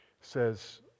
says